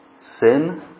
Sin